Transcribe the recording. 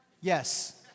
Yes